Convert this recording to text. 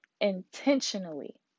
intentionally